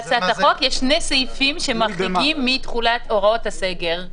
בהצעת החוק יש שני סעיפים שמחריגים מתחולת הוראות הסגר,